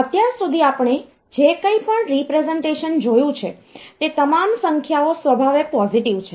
અત્યાર સુધી આપણે જે કંઈપણ રીપ્રેસનટેશન જોયું છે તે તમામ સંખ્યાઓ સ્વભાવે પોઝિટિવ છે